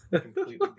completely